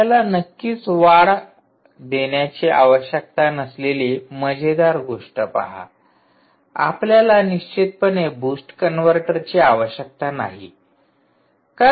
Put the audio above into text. आपल्याला नक्कीच आणखी वाढ देण्याची आवश्यकता नसलेली मजेदार गोष्ट पहा आपल्याला निश्चितपणे बूस्ट कन्व्हर्टरची आवश्यकता नाही